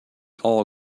all